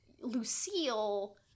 Lucille